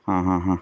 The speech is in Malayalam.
ആ ആ ആ